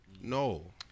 No